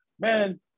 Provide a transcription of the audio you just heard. man